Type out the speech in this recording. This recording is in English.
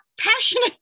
passionate